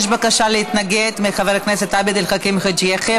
יש בקשה להתנגד מחבר הכנסת עבד אל חכים חאג' יחיא.